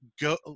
go